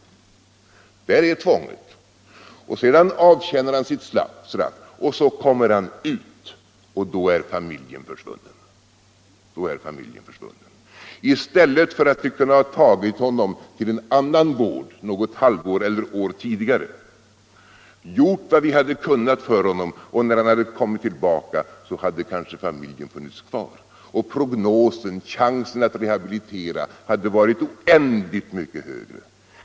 Där är tvånget. Sedan avtjänar han sitt straff och så kommer han ut, och då är familjen försvunnen. I stället hade man kunnat ta honom till en annan vård, något halvår eller år tidigare, och gjort vad man kunnat för honom. När han sedan kommit tillbaka, hade familjen kanske funnits kvar. Och prognosen, chansen att rehabilitera, hade varit oändligt mycket bättre.